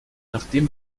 nachdem